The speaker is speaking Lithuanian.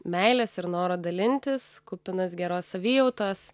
meilės ir noro dalintis kupinas geros savijautos